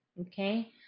okay